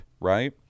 right